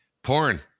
Porn